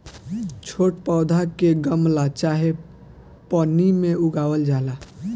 छोट पौधा के गमला चाहे पन्नी में उगावल जाला